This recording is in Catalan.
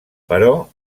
però